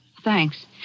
Thanks